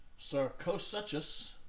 Sarcosuchus